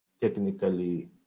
technically